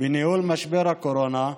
בניהול משבר הקורונה.